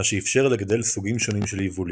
מה שאיפשר לגדל סוגים שונים של יבולים.